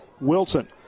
Wilson